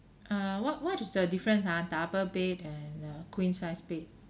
err what what is the difference ah double beds and uh queen size bed